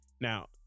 Now